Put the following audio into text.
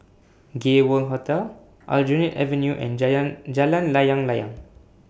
Gay World Hotel Aljunied Avenue and Jalan Layang Layang